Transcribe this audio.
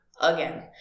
again